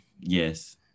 Yes